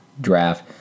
draft